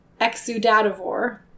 exudativore